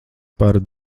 par